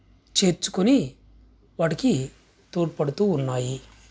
చేర్చుకొని వాటికి తోడ్పడుతూ ఉన్నాయి